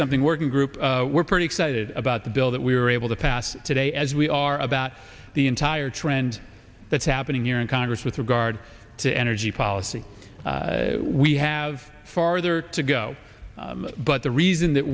something working group we're pretty excited about the bill that we were able to pass today as we are about the entire trend that's happening here in congress with regard to energy policy we have farther to go but the reason that